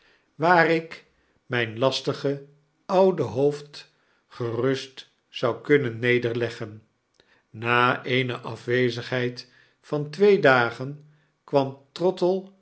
waar ik myn lastige oude hoofd gerust zoukunnennederleggen na eene afwezigheid van twee dagen kwam